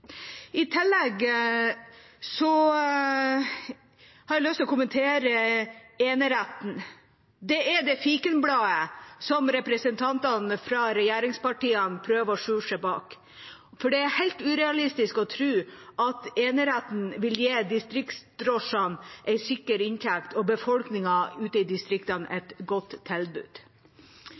I tillegg har jeg lyst til å kommentere eneretten. Den er fikenbladet som representantene fra regjeringspartiene prøver å skjule seg bak, for det er helt urealistisk å tro at eneretten vil gi distriktsdrosjene en sikker inntekt og befolkningen ute i distriktene et godt tilbud.